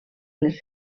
les